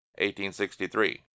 1863